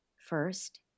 First